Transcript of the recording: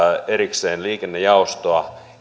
erikseen liikennejaostoa